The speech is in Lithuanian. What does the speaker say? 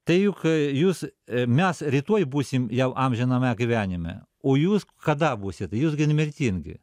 tai juk jūs mes rytoj būsim jau amžiname gyvenime o jūs kada būsit jūs gi nemirtingi